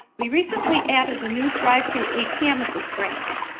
we recently added a new drive-through atm at this branch.